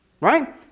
right